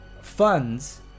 funds